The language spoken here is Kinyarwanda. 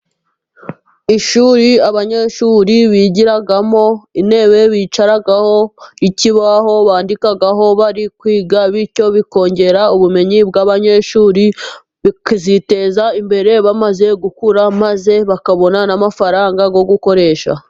Ishuri abanyeshuri bigiramo, intebe bicaraho, ikibaho bandikaho bari kwiga, bityo bikongera ubumenyi bw'abanyeshuri, bakaziteza imbere bamaze gukura, maze bakabona n'amafaranga yo gukoresha.